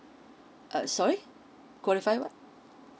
err sorry qualify what